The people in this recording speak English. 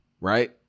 Right